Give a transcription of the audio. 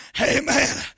Amen